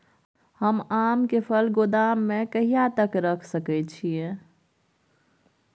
हम आम के फल गोदाम में कहिया तक रख सकलियै?